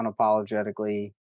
unapologetically